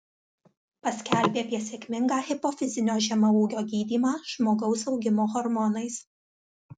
paskelbė apie sėkmingą hipofizinio žemaūgio gydymą žmogaus augimo hormonais